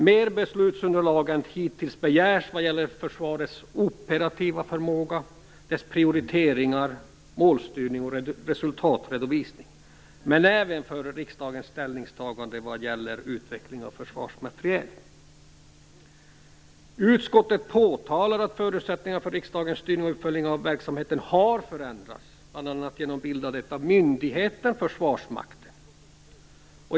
Mer beslutsunderlag än hittills begärs vad gäller försvarets operativa förmåga och dess prioriteringar i fråga om målstyrning och resultatredovisning, men även för riksdagens ställningstagande vad gäller utveckling av försvarsmateriel. Utskottet påtalar att förutsättningarna för riksdagens styrning och uppföljning av verksamheten har förändrats, bl.a. genom bildandet av myndigheten Försvarsmakten.